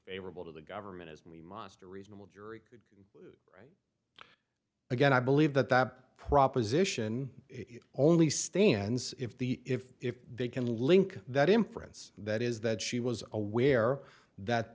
favorable to the government as me monster reasonable jury could again i believe that that proposition only stands if the if if they can link that inference that is that she was aware that